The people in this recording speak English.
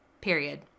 period